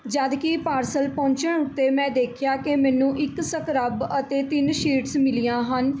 ਜਦਕਿ ਪਾਰਸਲ ਪਹੁੰਚਣ ਉੱਤੇ ਮੈਂ ਦੇਖਿਆ ਕਿ ਮੈਨੂੰ ਇੱਕ ਸਕ੍ਰੱਬ ਅਤੇ ਤਿੰਨ ਸ਼ੀਟਸ ਮਿਲੀਆਂ ਹਨ